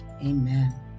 Amen